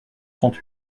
trente